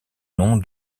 nom